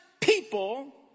people